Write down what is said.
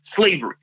slavery